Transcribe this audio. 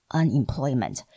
unemployment